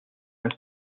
was